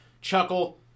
Chuckle